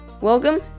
welcome